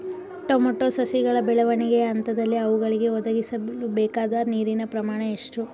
Tomato ಸಸಿಗಳ ಬೆಳವಣಿಗೆಯ ಹಂತದಲ್ಲಿ ಅವುಗಳಿಗೆ ಒದಗಿಸಲುಬೇಕಾದ ನೀರಿನ ಪ್ರಮಾಣ ಎಷ್ಟು?